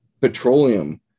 Petroleum